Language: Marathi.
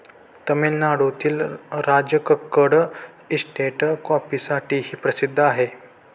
तामिळनाडूतील राजकक्कड इस्टेट कॉफीसाठीही प्रसिद्ध आहे